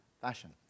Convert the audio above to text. fashion